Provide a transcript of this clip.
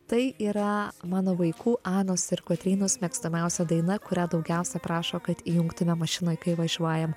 tai yra mano vaikų anos ir kotrynos mėgstamiausia daina kurią daugiausia prašo kad įjungtume mašinoj kai važiuojam